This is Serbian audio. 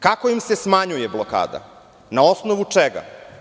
Kako im se smanjuje blokada i na osnovu čega?